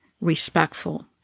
respectful